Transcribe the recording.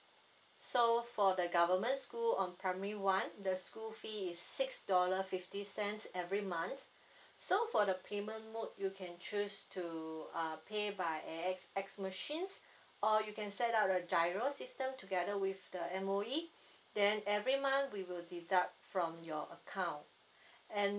so for the government school on primary one the school fee is six dollar fifty cents every month so for the payment mode you can choose to uh pay by A_X_S machines or you can set up a G_I_R_O system together with the M_O_E then every month we will deduct from your account and